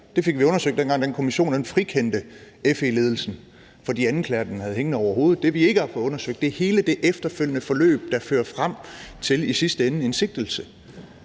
Det fik vi undersøgt, dengang den kommission frikendte FE-ledelsen for de anklager, den havde hængende over hovedet. Det, vi ikke har fået undersøgt, er hele det efterfølgende forløb, der i sidste ende fører